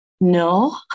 no